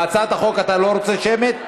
אבל בהצעת החוק אתה לא רוצה שמית?